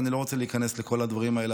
אני לא רוצה להיכנס לכל הדברים האלה,